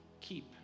keep